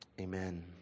amen